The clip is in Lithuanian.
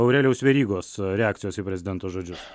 aurelijaus verygos reakcijos į prezidento žodžius